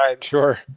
sure